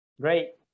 Great